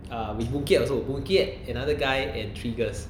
uh with boon keat also boon keat another guy and three girls